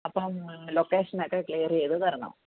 അപ്പോൾ ലൊക്കേഷൻ ഒക്കെ ക്ലിയർ ചെയ്തു തരണം